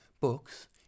books